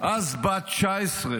אז בת 19,